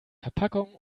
verpackung